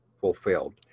fulfilled